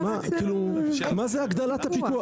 מה זה הגדלת הפיקוח?